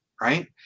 right